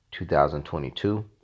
2022